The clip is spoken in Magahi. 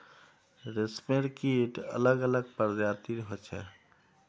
रेशमेर कीट अलग अलग प्रजातिर होचे